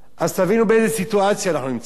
אז תבינו באיזו סיטואציה אנחנו נמצאים.